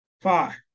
Five